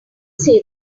say